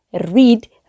read